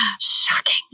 Shocking